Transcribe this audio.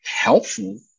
helpful